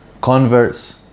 Converts